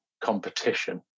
competition